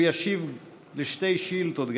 גם הוא ישיב על שתי שאילתות.